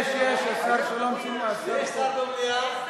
יש, יש, יש, השר שלום, יש שר במליאה.